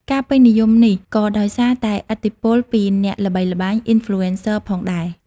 ការពេញនិយមនេះក៏ដោយសារតែឥទ្ធិពលពីអ្នកល្បីល្បាញឬ Influencer ផងដែរ។